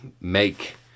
make